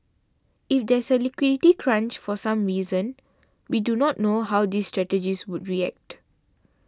if there's a liquidity crunch for some reason we do not know how these strategies would react